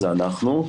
אנחנו,